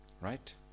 Right